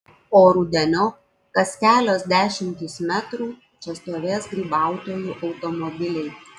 o rudeniop kas kelios dešimtys metrų čia stovės grybautojų automobiliai